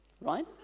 right